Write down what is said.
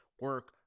Work